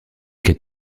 qu’as